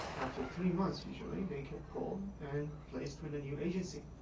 after three months, usually, they get culled and placed with a new agency.